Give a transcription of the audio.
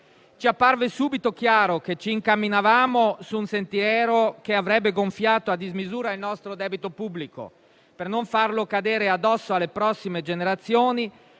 Ci apparve subito chiaro che ci incamminavamo su un sentiero che avrebbe gonfiato a dismisura il nostro debito pubblico e, per non farlo cadere addosso alle prossime generazioni,